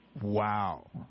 Wow